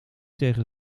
tegen